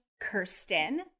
Kirsten